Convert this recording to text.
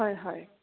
হয় হয়